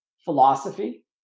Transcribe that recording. philosophy